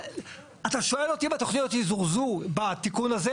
אתה שואל אותי אם התוכניות יזורזו בתיקון הזה.